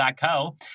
Co